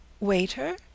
Waiter